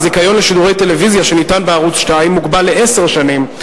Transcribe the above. הזיכיון לשידורי טלוויזיה שניתן בערוץ-2 מוגבל לעשר שנים,